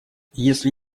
если